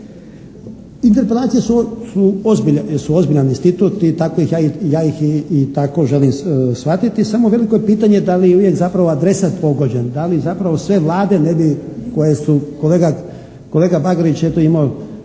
Interpelacije su ozbiljan institut i ja ih tako želim shvatiti, samo veliko je pitanje da li je uvijek zapravo adresar pogođen, da li zapravo sve Vlade ne bi koje su, kolega Bagarić je eto imao